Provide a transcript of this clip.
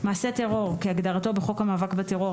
מעשה טרור" כהגדרתו בחוק המאבק בטרור,